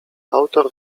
autor